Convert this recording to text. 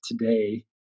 today